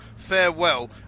farewell